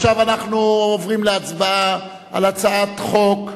עכשיו אנחנו עוברים להצבעה על הצעת חוק